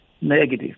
negative